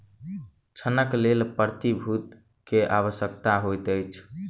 ऋणक लेल प्रतिभूति के आवश्यकता होइत अछि